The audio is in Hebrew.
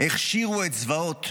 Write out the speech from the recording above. הכשירו את זוועות